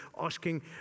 asking